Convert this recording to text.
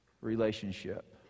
relationship